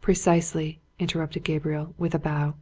precisely, interrupted gabriel, with a bow.